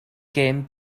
gêm